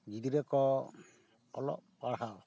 ᱜᱤᱫᱽᱨᱟᱹ ᱠᱚ ᱚᱞᱚᱜ ᱯᱟᱲᱦᱟᱣ